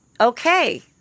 okay